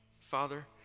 Father